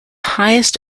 highest